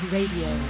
Radio